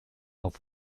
auf